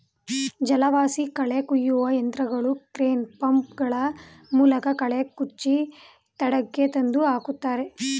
ಜಲವಾಸಿ ಕಳೆ ಕುಯ್ಯುವ ಯಂತ್ರಗಳು ಕ್ರೇನ್, ಪಂಪ್ ಗಳ ಮೂಲಕ ಕಳೆ ಕುಚ್ಚಿ ದಡಕ್ಕೆ ತಂದು ಹಾಕುತ್ತದೆ